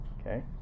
Okay